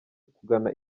kugana